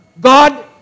God